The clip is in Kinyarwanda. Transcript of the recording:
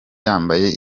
yambaye